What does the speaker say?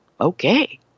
okay